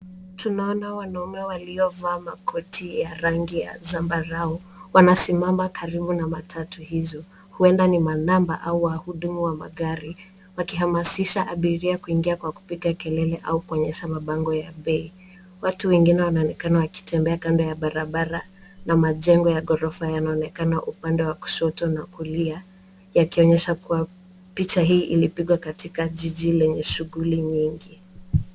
Tunaona wanaume waliovaa makoti ya rangi ya zambarau. Wanasimama karibu na matatu hizo. Huenda ni manamba au wahudumu wa magari, wakihamasisha abiria kuingia kwa kupiga kelele au kuonyesha mabango ya bei. Watu wengine wanaonekana wakitembea kando ya barabara na majengo ya ghorofa yanaonekana upande wa kushoto na kulia, yakionyesha kuwa picha hii ilipigwa katika jiji la shughuli nyingi.